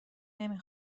نمی